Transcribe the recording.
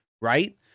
right